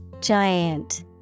Giant